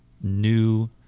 new